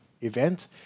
event